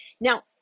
Now